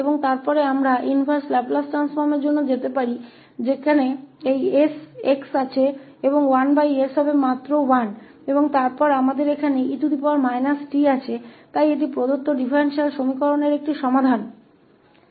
और फिर हम इनवर्स लाप्लास ट्रांसफॉर्म के लिए जा सकते हैं जिसमें यह x है वहां और 1s सिर्फ 1 होगा और फिर हमारे पास यहां e t है इसलिए यह दिए गए डिफरेंशियल एक्वेशन का एक समाधान है